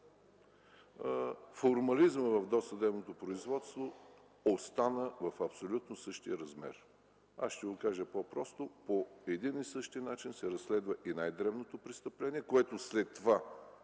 формализмът в досъдебното производство остана в абсолютно същия размер. Ще го кажа по-просто – по един и същи начин се разследва и най-дребното престъпление, което след като